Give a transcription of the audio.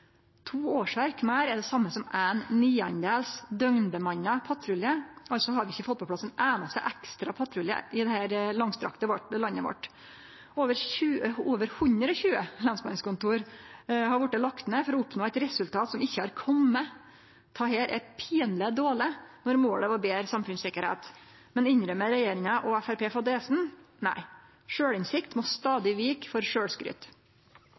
To årsverk meir er det same som ein niandedels døgnbemanna patrulje. Altså har vi ikkje fått på plass ein einaste ekstra patrulje i heile dette langstrekte landet vårt. Over 120 lensmannskontor har vorte lagde ned for å oppnå eit resultat som ikkje har kome. Dette er pinleg dårleg når målet var betre samfunnssikkerheit. Men innrømmer regjeringa og Framstegspartiet fadesen? Nei, sjølvinnsikt må stadig vike for